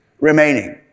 remaining